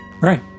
right